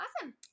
awesome